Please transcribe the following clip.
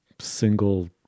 single